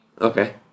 Okay